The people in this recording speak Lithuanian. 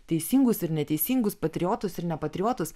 teisingus ir neteisingus patriotus ir ne patriotus